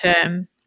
term